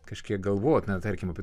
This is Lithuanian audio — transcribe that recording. kažkiek galvot na tarkim apie